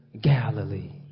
Galilee